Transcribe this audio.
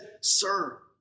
sir